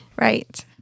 Right